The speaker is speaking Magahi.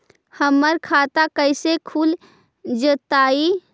हमर खाता कैसे खुल जोताई?